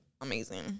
amazing